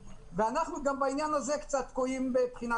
ערכתם על זה דיון בוועדת